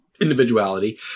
individuality